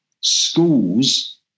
schools